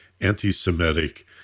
anti-Semitic